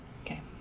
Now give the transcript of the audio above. Okay